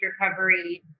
recovery